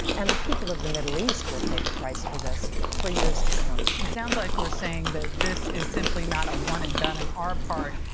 and the people of the middle east will pay the price for this for years to come. it sounds like you're saying that this is simply not a one-and-done in our part.